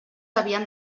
havien